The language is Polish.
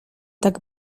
tak